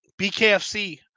BKFC